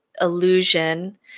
illusion